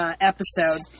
episode